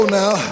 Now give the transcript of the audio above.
now